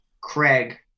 craig